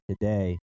today